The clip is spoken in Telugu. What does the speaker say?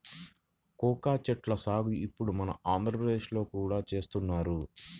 కోకా చెట్ల సాగు ఇప్పుడు మన ఆంధ్రప్రదేశ్ లో కూడా చేస్తున్నారు